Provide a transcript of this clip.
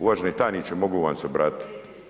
Uvaženi tajniče, mogu vam se obratiti?